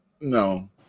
no